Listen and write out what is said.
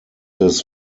his